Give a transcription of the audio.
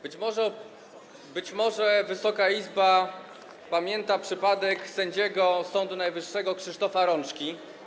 Być może Wysoka Izba pamięta przypadek sędziego Sądu Najwyższego Krzysztofa Rączki.